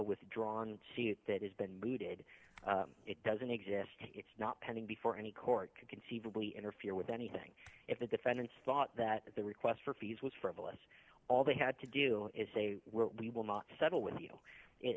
withdrawn see it that has been mooted it doesn't exist it's not pending before any court could conceivably interfere with anything if the defendants thought that the request for fees was frivolous all they had to do is say we will not settle with you